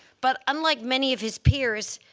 but unlike many of his peers,